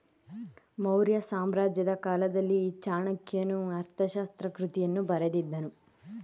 ಮೌರ್ಯ ಸಾಮ್ರಾಜ್ಯದ ಕಾಲದಲ್ಲಿ ಚಾಣಕ್ಯನು ಅರ್ಥಶಾಸ್ತ್ರ ಕೃತಿಯನ್ನು ಬರೆದಿದ್ದನು